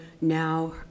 now